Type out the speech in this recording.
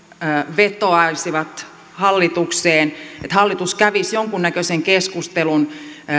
vetoaisivat hallitukseen että hallitus kävisi jonkunnäköisen keskustelun